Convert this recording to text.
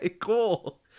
cool